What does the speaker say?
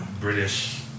British